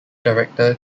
director